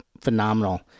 phenomenal